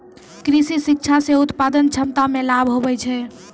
कृषि शिक्षा से उत्पादन क्षमता मे लाभ हुवै छै